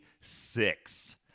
six